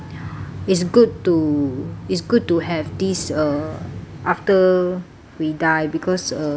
it's good to it's good to have these uh after we die because uh